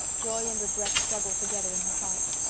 joy and regret struggled together in her heart.